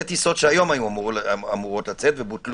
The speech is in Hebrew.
אלה שתי טיסות שהיו אמורות היום לצאת והן בוטלו.